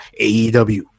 AEW